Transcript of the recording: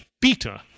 Peter